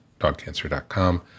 dogcancer.com